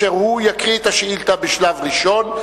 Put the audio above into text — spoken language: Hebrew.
שיקריא את השאילתא בשלב ראשון,